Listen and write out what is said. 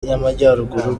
y’amajyaruguru